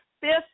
fifth